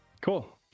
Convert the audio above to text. Cool